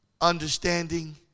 understanding